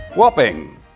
Whopping